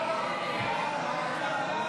סעיף 02,